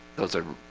those are